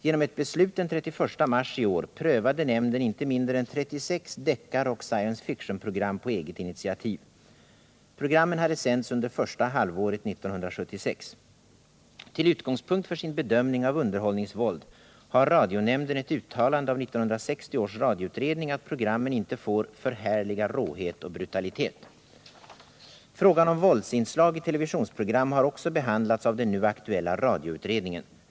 Genom ett beslut den 31 mars i år prövade nämnden inte mindre än 36 deckaroch science fictionprogram på eget initiativ. Programmen hade sänts under första halvåret 1976. Till utgångspunkt för sin bedömning av underhållningsvåld har radionämnden ett uttalande av 1960 års radioutredning att programmen inte får ”förhärliga råhet och brutalitet”. Frågan om våldsinslag i televisionsprogram har också behandlats av den nu aktuella radioutredningen.